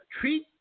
treat